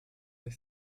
sich